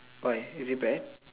why is it bad